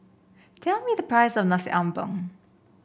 tell me the price of Nasi Ambeng